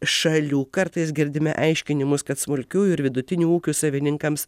šalių kartais girdime aiškinimus kad smulkiųjų ir vidutinių ūkių savininkams